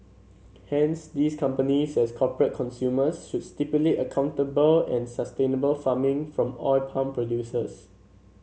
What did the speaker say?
hence these companies as corporate consumers should stipulate accountable and sustainable farming from oil palm producers